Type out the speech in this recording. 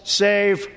save